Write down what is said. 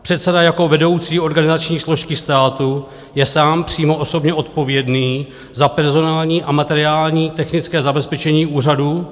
Předseda jako vedoucí organizační složky státu je sám přímo osobně odpovědný za personální a materiální technické zabezpečení úřadu.